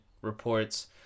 reports